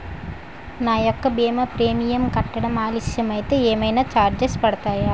నా యెక్క భీమా ప్రీమియం కట్టడం ఆలస్యం అయితే ఏమైనా చార్జెస్ పడతాయా?